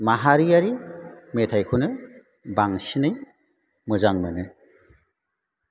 माहारियारि मेथाइखौनो बांसिनै मोजां मोनो